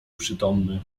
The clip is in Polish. przytomny